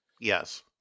Yes